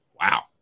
Wow